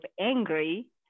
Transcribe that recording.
angry